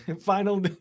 final